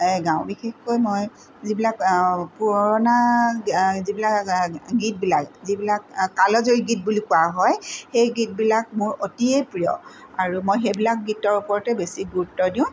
এই গাঁও বিশেষকৈ মই যিবিলাক পুৰণা যিবিলাক গীতবিলাক যিবিলাক কালজয়ী গীত বুলি কোৱা হয় সেই গীতবিলাক মোৰ অতিয়ে প্ৰিয় আৰু মই সেইবিলাক গীতৰ ওপৰতে বেছি গুৰুত্ব দিওঁ